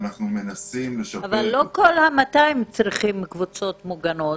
אנחנו מנסים לשפר את --- אבל לא כל ה-200 צריכים קבוצות מוגנות.